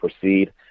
proceed